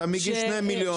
הוא מגיש תביעה על 2 מיליון ₪,